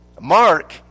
Mark